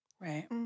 Right